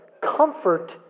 Comfort